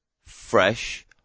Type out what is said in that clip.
fresh